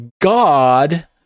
God